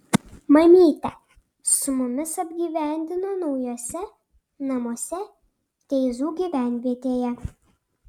mamytę su mumis apgyvendino naujuose namuose teizų gyvenvietėje